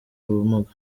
ubumuga